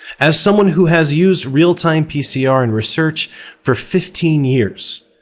as someone who has used real-time pcr in research for fifteen years,